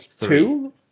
two